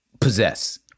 possess